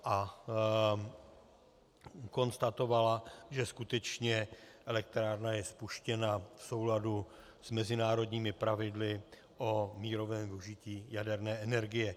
A konstatovala, že skutečně elektrárna je spuštěna v souladu s mezinárodními pravidly o mírovém využití jaderné energie.